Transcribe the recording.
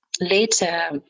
later